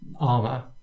armor